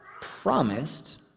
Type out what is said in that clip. promised